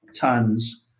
tons